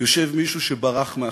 יושב מישהו שברח מאחריות.